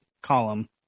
column